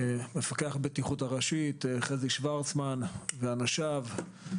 מפקח הבטיחות הראשי חזי שוורצמן ואנשיו,